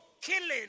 killing